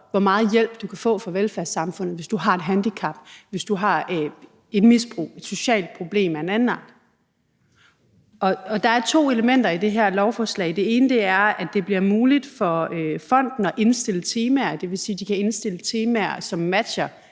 hvor meget hjælp du kan få fra velfærdssamfundet, hvis du har et handicap, hvis du har et misbrug, et socialt problem af en anden art. Der er to elementer i det her lovforslag. Det ene er, at det bliver muligt for fonden at indstille temaer, og det vil sige, at de kan indstille temaer, som matcher